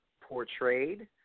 portrayed